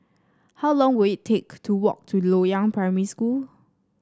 how long will it take to walk to Loyang Primary School